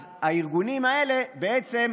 אז הארגונים האלה, בעצם,